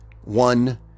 one